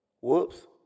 Whoops